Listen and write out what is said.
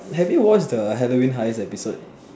have you watch the Halloween heist episode